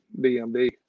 BMD